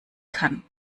kann